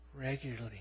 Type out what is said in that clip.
regularly